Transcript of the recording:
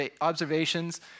observations